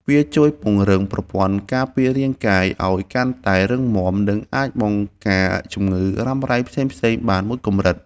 វាជួយពង្រឹងប្រព័ន្ធការពាររាងកាយឱ្យកាន់តែរឹងមាំ និងអាចបង្ការជំងឺរ៉ាំរ៉ៃផ្សេងៗបានមួយកម្រិត។